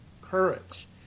courage